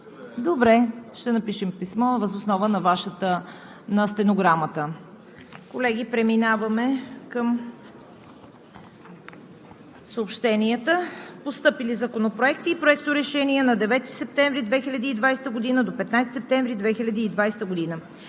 Добре, ще напишем писмо въз основа на стенограмата. Колеги, преминаваме към съобщенията. Постъпили законопроекти и проекторешения – 9 септември 2020 г. до 15 септември 2020 г.